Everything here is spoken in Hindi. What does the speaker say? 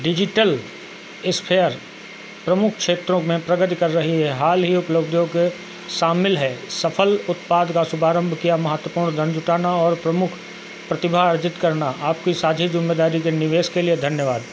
डिजिटल इस्फेयर प्रमुख क्षेत्रों में प्रगति कर रही है हाल ही उपलब्धियों में शामिल हैं सफ़ल उत्पाद का शुभारंभ किया महत्वपूर्ण धन जुटाना और प्रमुख प्रतिभा अर्जित करना आपकी साझी ज़िम्मेदारी के निवेश के लिए धन्यवाद